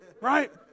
Right